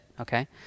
okay